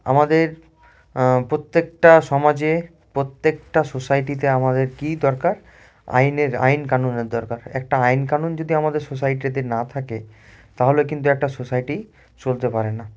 আমাদের প্রত্যেকটা সমাজে প্রত্যেকটা সোসাইটিতে আমাদের কী দরকার আইনের আইন কানুনের দরকার হয় একটা আইন কানুন যদি আমাদের সোসাইটিতে না থাকে তাহলে কিন্তু একটা সোসাইটি চলতে পারে না